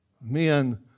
Men